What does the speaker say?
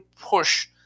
push